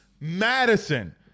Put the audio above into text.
Madison